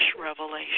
revelation